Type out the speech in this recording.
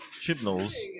Chibnall's